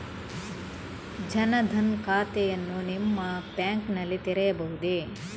ಜನ ದನ್ ಖಾತೆಯನ್ನು ನಿಮ್ಮ ಬ್ಯಾಂಕ್ ನಲ್ಲಿ ತೆರೆಯಬಹುದೇ?